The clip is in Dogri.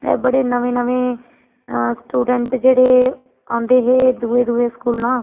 ते बड़े नमें नमें स्टूडैंट जेह्ड़े आंदे हे दुए दुए स्कूलां